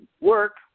work